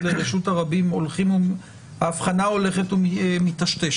לרשות הרבים ההבחנה הולכת ומיטשטשת.